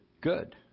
good